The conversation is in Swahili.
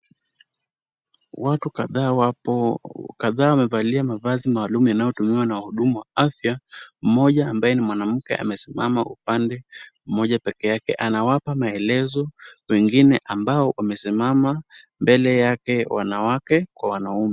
Watu kadhaa wamevalia mavazi maalum yanayotumiwa na wahudumu wa afya. Mmoja ambaye ni mwanamke amesimama upande mmoja peke yake. Anawapa maelezo wengine ambao wamesimama mbele yake wanawake kwa wanaume.